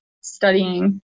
studying